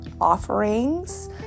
offerings